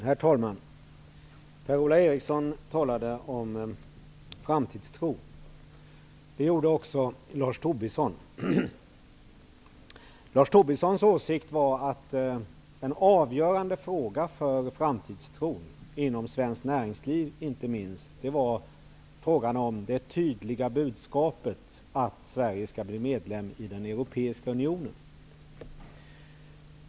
Herr talman! Per-Ola Eriksson talade om framtidstro. Det gjorde också Lars Tobisson. Lars Tobissons åsikt var att en avgörande fråga för framtidstron, inte minst inom svenskt näringsliv, var frågan om det tydliga budskapet att Sverige skall bli medlem i den europeiska unionen.